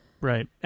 right